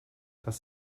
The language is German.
das